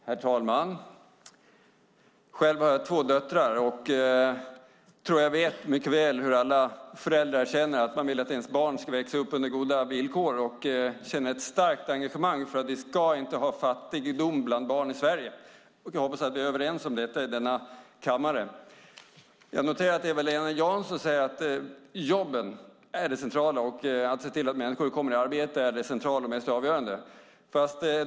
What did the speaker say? Herr talman! Själv har jag två döttrar, och jag tror att jag vet mycket väl hur alla föräldrar känner. Man vill att ens barn ska växa upp under goda villkor och känner ett starkt engagemang för att vi inte ska ha fattigdom bland barn i Sverige. Jag hoppas att vi är överens om detta i denna kammare. Eva-Lena Jansson, jag noterar att du säger att jobben och att se till att människor kommer i arbete är det centrala och mest avgörande.